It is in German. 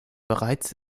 bereits